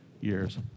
years